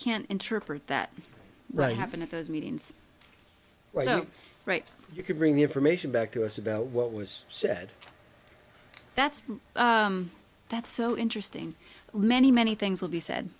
can interpret that right happened at those meetings right now right you could bring the information back to us about what was said that's that's so interesting many many things will be said